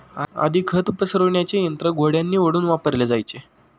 आधी खत पसरविण्याचे यंत्र घोड्यांनी ओढून वापरले जायचे